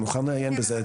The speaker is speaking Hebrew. אני מוכן לעיין בזה,